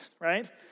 right